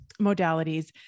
modalities